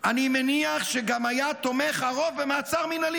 -- אני מניח שגם היה תומך הרוב במעצר מינהלי